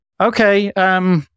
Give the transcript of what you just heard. Okay